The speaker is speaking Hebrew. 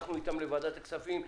הלכנו אתם לוועדת הכספים,